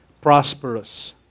prosperous